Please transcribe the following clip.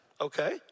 okay